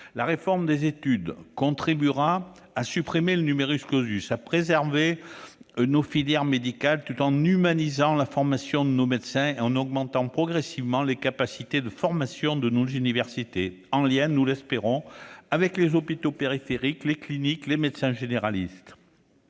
La réforme des études contribuera, en supprimant le, à préserver nos filières médicales tout en humanisant la formation de nos médecins et en augmentant progressivement les capacités de formation de nos universités, en lien- nous l'espérons -avec les hôpitaux périphériques, les cliniques et les médecins généralistes.